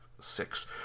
six